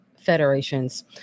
federations